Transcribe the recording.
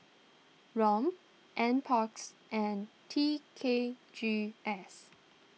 Rom NParks and T K G S